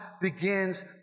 begins